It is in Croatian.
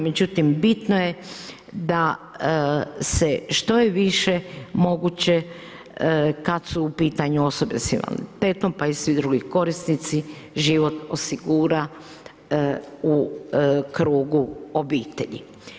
Međutim bitno je da se što je više moguće kad su u pitanju osobe sa invaliditetom pa i svi drugi korisnici, život osigura u krugu obitelji.